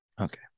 Okay